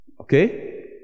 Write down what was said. Okay